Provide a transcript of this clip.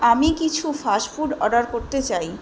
আমি কিছু fast food order করতে চাই